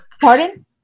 Pardon